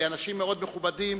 אנשים מאוד מכובדים.